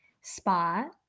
spot